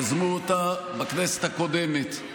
הם יזמו אותה בכנסת הקודמת.